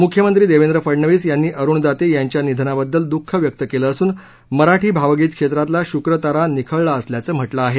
मुख्यमंत्री देवेंद्र फडणवीस यांनी अरुण दाते यांच्या निधनाबद्दल दुःख व्यक्त केलं असुन मराठी भावगीत क्षेत्रातला शुक्रतारा निखळला असल्याचं म्हटलं आहे